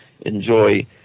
enjoy